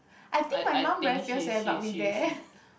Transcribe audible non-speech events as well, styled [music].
I think my mum very fierce eh but we dare [laughs]